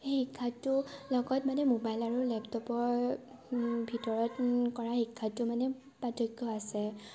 সেই শিক্ষাটোৰ লগত মানে মোবাইল আৰু লেপটপৰ ভিতৰত কৰা শিক্ষাটো মানে পাৰ্থক্য আছে